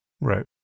Right